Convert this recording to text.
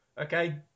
okay